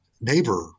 neighbor